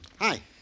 Hi